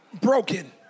broken